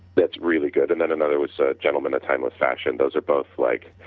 that's really good and then another was ah gentleman a timeless fashion, those are both like